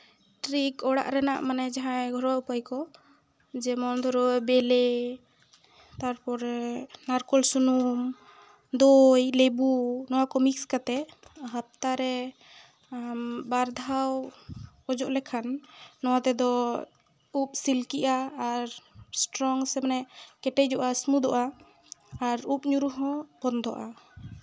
trick ᱢᱟᱱᱮ ᱚᱲᱟᱜ ᱨᱮᱱᱟᱜ ᱡᱟᱦᱟᱸ ᱜᱷᱳᱨᱣᱟ ᱩᱯᱟᱭ ᱠᱚ ᱡᱮᱢᱚᱱ ᱫᱷᱚᱨᱚ ᱵᱮᱞᱮ ᱛᱟᱨᱯᱚᱨᱮ ᱱᱟᱲᱠᱳᱞ ᱥᱩᱱᱩᱢ ᱫᱳᱭ ᱞᱮᱵᱩ ᱱᱚᱣᱟ ᱠᱚ ᱢᱤᱠᱥᱰ ᱠᱟᱛᱮ ᱦᱟᱯᱛᱟ ᱨᱮ ᱵᱟᱨ ᱫᱷᱟᱣ ᱚᱡᱚᱜ ᱞᱮᱠᱷᱟᱱ ᱱᱚᱣᱟ ᱛᱮᱫᱚ ᱩᱵ ᱥᱤᱞᱠᱤᱜᱼᱟ ᱟᱨ ᱥᱴᱨᱚᱝ ᱢᱟᱱᱮ ᱠᱮᱴᱮᱡᱚᱜᱼᱟ ᱤᱥᱢᱩᱛᱷᱚᱜᱼᱟ ᱟᱨ ᱩᱵ ᱧᱩᱨᱩ ᱦᱚᱸ ᱵᱚᱱᱫᱚ ᱟ